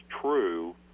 true